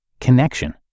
connection